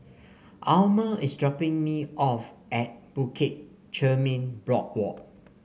Alma is dropping me off at Bukit Chermin Boardwalk